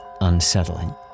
unsettling